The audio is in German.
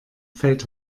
fällt